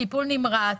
טיפול נמרץ,